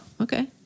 Okay